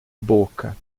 boca